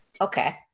Okay